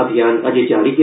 अभियान अजें जारी ऐ